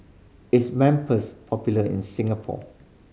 is popular in Singapore